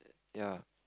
ya